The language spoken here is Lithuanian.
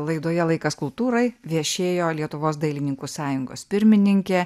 laidoje laikas kultūrai viešėjo lietuvos dailininkų sąjungos pirmininkė